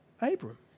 Abram